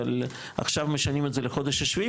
אבל עכשיו משנים את זה לחודש השביעי,